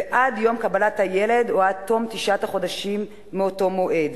ועד יום קבלת הילד או עד תום תשעת החודשים מאותו מועד,